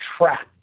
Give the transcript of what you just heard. trapped